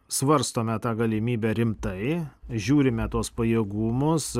svarstome tą galimybę rimtai žiūrime tuos pajėgumus